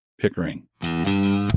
Pickering